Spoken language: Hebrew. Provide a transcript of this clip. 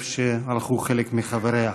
לאן שהלכו חלק מחבריה.